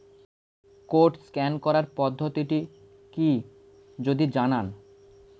Code scan করার পদ্ধতিটি কি যদি জানান?